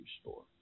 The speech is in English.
store